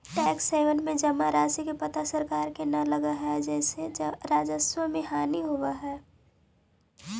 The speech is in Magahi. टैक्स हैवन में जमा राशि के पता सरकार के न लगऽ हई जेसे राजस्व के हानि होवऽ हई